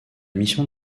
mission